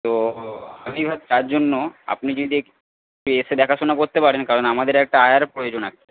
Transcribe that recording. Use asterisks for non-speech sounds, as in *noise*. তো *unintelligible* তার জন্য আপনি যদি একটু এসে দেখাশোনা করতে পারেন কারণ আমাদের একটা আয়ার প্রয়োজন আছে